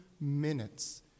minutes